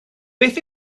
beth